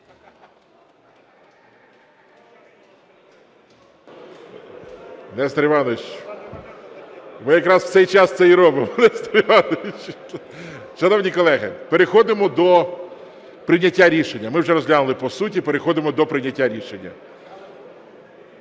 Нестор Іванович, ми якраз у цей час це й робимо, Нестор Іванович. Шановні колеги, переходимо до прийняття рішення. Ми вже розглянули по суті, переходимо до прийняття рішення.